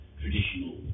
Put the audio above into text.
traditional